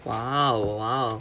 !wow! !wow!